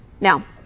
Now